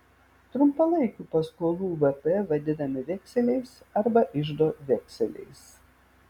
trumpalaikių paskolų vp vadinami vekseliais arba iždo vekseliais